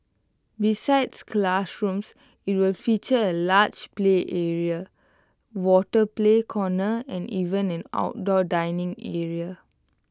besides classrooms IT will feature A large play area water play corner and even an outdoor dining area